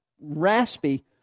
raspy